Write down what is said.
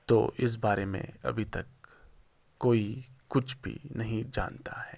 تو اس بارے میں ابھی تک کوئی کچھ بھی نہیں جانتا ہے